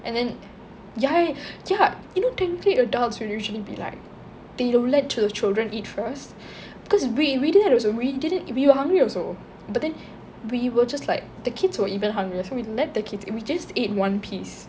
and then ya ya you know technically adults will usually be like they will let the children eat first cause we we did that also we did it we were hungry also but then we were just like the kids were even hungrier so we let the kids we just ate one piece